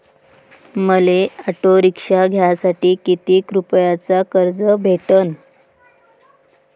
मले auto rickshaw घ्यासाठी कितीक रुपयाच कर्ज भेटनं?